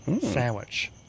sandwich